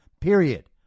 period